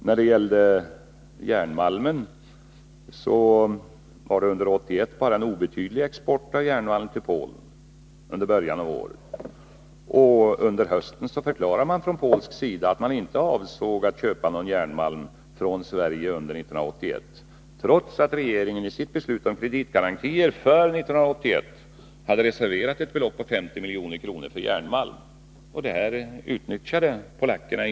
När det gäller järnmalm förekom under 1981 bara en obetydlig export till Polen, under början av året. Under hösten förklarade man från polsk sida att man inte avsåg att köpa någon mer järnmalm från Sverige under 1981, trots att regeringen i sitt beslut om kreditgarantier för 1981 hade reserverat ett belopp på 50 milj.kr. för järnmalm. Detta utnyttjade inte polackerna.